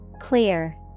Clear